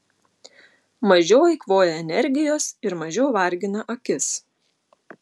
mažiau eikvoja energijos ir mažiau vargina akis